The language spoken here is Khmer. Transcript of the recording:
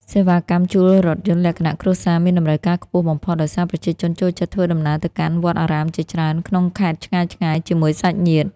សេវាកម្មជួលរថយន្តលក្ខណៈគ្រួសារមានតម្រូវការខ្ពស់បំផុត ដោយសារប្រជាជនចូលចិត្តធ្វើដំណើរទៅកាន់វត្តអារាមជាច្រើនក្នុងខេត្តឆ្ងាយៗជាមួយសាច់ញាតិ។